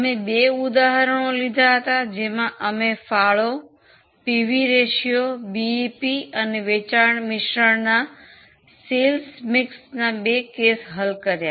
અમે બે ઉદાહરણો લીધા જેમાં અમે ફાળો પીવી રેશિયો બીઈપી અને વેચાણના મિશ્રણના બે કેસ હાલ કર્યા